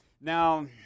Now